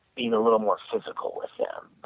being a little more physical with them.